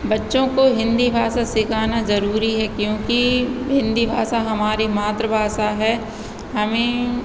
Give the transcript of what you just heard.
बच्चों को हिन्दी भाषा सिखाना जरूरी है क्योंकि हिन्दी भाषा हमारी मातृभाषा है हमें